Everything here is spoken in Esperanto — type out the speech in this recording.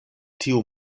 tiu